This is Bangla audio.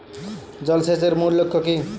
জল সেচের মূল লক্ষ্য কী?